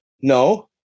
no